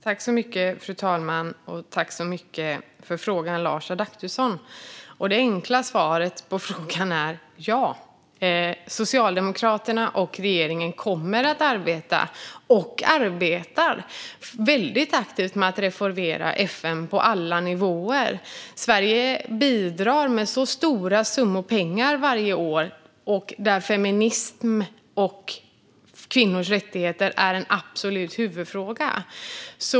Fru talman! Tack så mycket för frågan, Lars Adaktusson! Det enkla svaret på frågan är ja. Socialdemokraterna och regeringen kommer att arbeta och arbetar redan väldigt aktivt med att reformera FN på alla nivåer. Sverige bidrar med stora summor pengar varje år, och feminism och kvinnors rättigheter är en absolut huvudfråga.